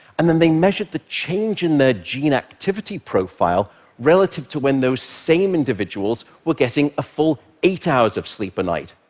and then they measured the change in their gene activity profile relative to when those same individuals were getting a full eight hours of sleep a night.